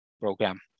program